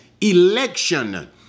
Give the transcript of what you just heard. election